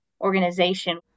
organization